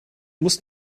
musst